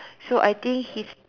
so I think he